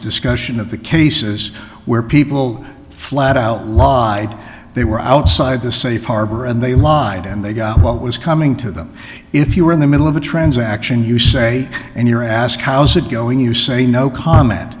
discussion of the cases where people flat out lied they were outside the safe harbor and they lied and they got what was coming to them if you were in the middle of a transaction you say and you're ask how's it going you say no comment